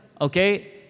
Okay